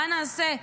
מה נעשה,